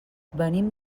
venim